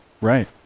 right